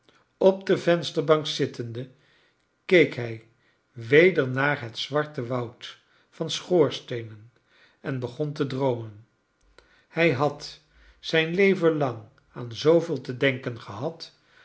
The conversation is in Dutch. op de vensterbank zittende keek hij weder naar het zwarte woud van schoorsteenen en begon te droomen hij had zijn leven lang aan zooveel te denken gebad